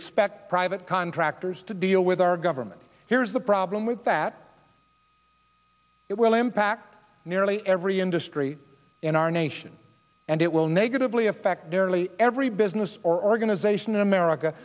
expect private contractors to deal with our government here is the problem with that it will impact nearly every industry in our nation and it will negatively affect early every business or organization in america